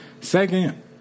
Second